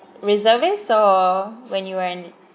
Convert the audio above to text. reservist or when you were in it